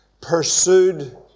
Pursued